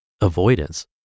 avoidance